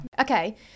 Okay